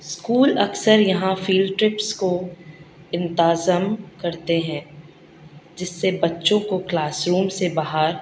school اکثر یہاں field trips کو انتظام کرتے ہیں جس سے بچوں کو کلاس روم سے باہر